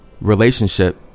relationship